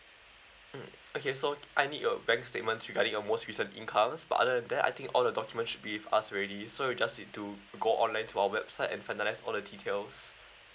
mm okay so I need your bank statements regarding your most recent incomes but other than that I think all the documents should be with us already so you just need to go online to our website and finalize all the details